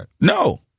No